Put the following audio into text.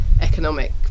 economic